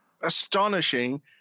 astonishing